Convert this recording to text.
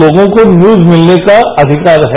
लोगों को न्यूज मिलने का अधिकार है